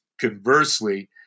conversely